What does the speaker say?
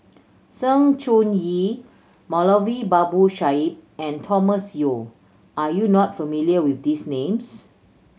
Sng Choon Yee Moulavi Babu Sahib and Thomas Yeo are you not familiar with these names